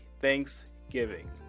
Thanksgiving